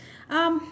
um